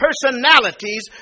personalities